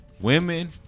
Women